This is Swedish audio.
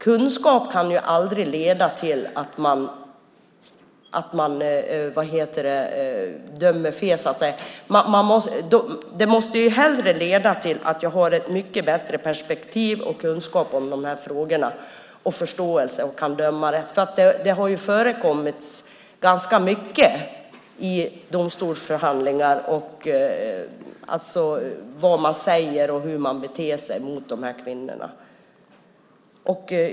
Kunskap kan aldrig leda till att man dömer fel. Det måste snarare leda till att man har bättre perspektiv, kunskap och förståelse om de här frågorna och därför kan döma rätt. Det har förekommit ganska mycket i domstolsförhandlingar när det gäller vad domarna säger och hur de beter sig mot kvinnorna.